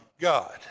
God